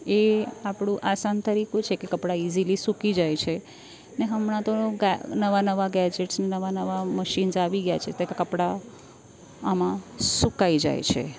એ આપણું આસાન તરીકું છે કે કપડાં ઈઝીલી સુકાઈ જાય છે ને હમણાં તો નવા નવા ગેજેટ્સ નવા નવા મશીન આવી ગયાં છે તે કપડાં આમાં સુકાઈ જાય છે